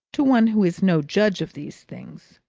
to one who is no judge of these things!